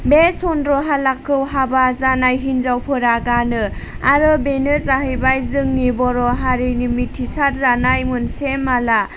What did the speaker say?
बे सन्द्र हालाखौ हाबा जानाय हिन्जावफोरा गानो आरो बेनो जाहैबाय जोंनि बर' हारिनि मिथिसार जानाय मोनसे माला